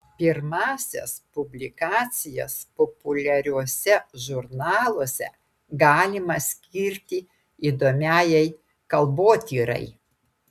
pirmąsias publikacijas populiariuose žurnaluose galima skirti įdomiajai kalbotyrai